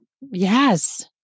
Yes